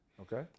Okay